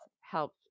help